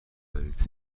دارید